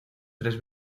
tres